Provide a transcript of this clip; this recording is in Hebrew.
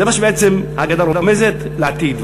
זה מה שבעצם ההגדה רומזת לעתיד,